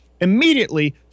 Immediately